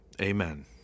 Amen